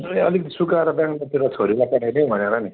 ए अलिकति सुकाएर ब्याङ्लोरतिर छोरीलाई पठाइदिउँ भनेर नि